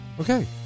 Okay